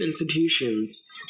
institutions